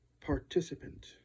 participant